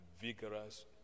vigorous